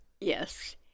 Yes